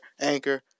Anchor